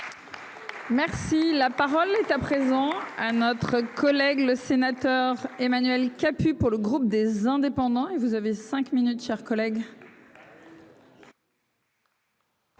Merci, la parole est à présent à notre collègue le sénateur Emmanuel Capus pour le groupe des Indépendants et vous avez 5 minutes chers collègues.